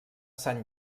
sant